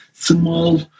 small